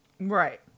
Right